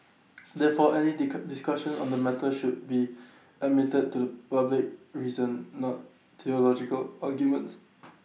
therefore any discussions on the matter should be admitted to public reason not theological arguments